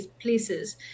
places